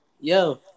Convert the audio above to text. yo